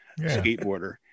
skateboarder